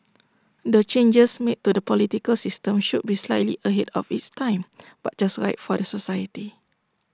the changes made to the political system should be slightly ahead of its time but just right for the society